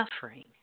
suffering